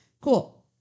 Cool